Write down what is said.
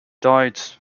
died